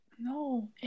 No